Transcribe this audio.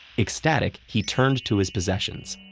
ecstatic, he turned to his possessions.